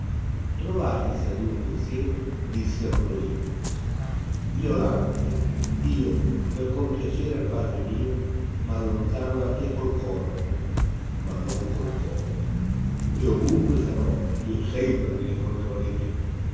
trovatisi adunque insieme disse rodolino violante io per compiacere al padre mio m allontano da te col corpo ma non col core e ovunque sarò io sempre mi ricorderò di te